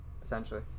potentially